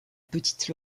petite